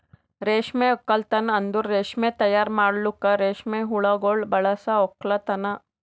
ರೇಷ್ಮೆ ಒಕ್ಕಲ್ತನ್ ಅಂದುರ್ ರೇಷ್ಮೆ ತೈಯಾರ್ ಮಾಡಲುಕ್ ರೇಷ್ಮೆ ಹುಳಗೊಳ್ ಬಳಸ ಒಕ್ಕಲತನ